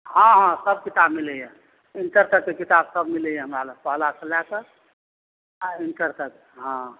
हॅं हॅं सब किताब मिलैया इन्टर तक कऽ किताब सब मिलैया हमरा लग पहिला सँ लए कऽ आ इन्टर तक हॅं